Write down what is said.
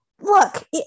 look